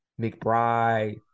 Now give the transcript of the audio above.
McBride